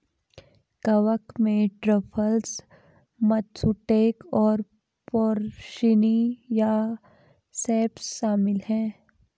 कवक में truffles, matsutake और पोर्सिनी या सेप्स शामिल हैं